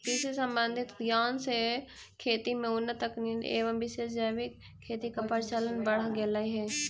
कृषि संबंधित ज्ञान से खेती में उन्नत तकनीक एवं विशेष जैविक खेती का प्रचलन बढ़ गेलई हे